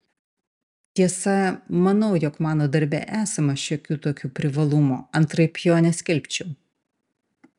tiesa manau jog mano darbe esama šiokių tokių privalumų antraip jo neskelbčiau